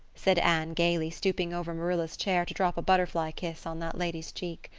said anne gaily stooping over marilla's chair to drop a butterfly kiss on that lady's cheek.